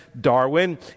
Darwin